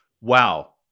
Wow